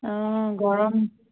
অঁ গৰম